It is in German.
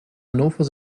hannover